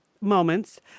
moments